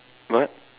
what